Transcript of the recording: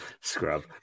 Scrub